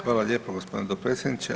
Hvala lijepo gospodine potpredsjedniče.